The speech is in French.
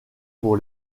pour